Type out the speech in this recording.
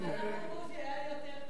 אם היה כאן בוז'י היה לי יותר קל.